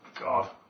God